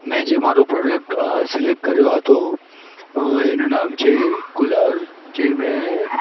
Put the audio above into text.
મેં જે મારું પ્રોડક્ટ સિલેક્ટ કર્યો હતું એનું નામ છે કૂલર જે મેં